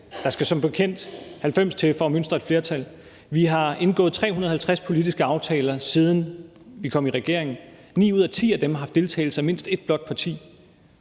der skal som bekendt 90 til for at mønstre et flertal. Vi har indgået 350 politiske aftaler, siden vi kom i regering – 9 ud af 10 af dem har haft deltagelse af mindst ét blåt parti.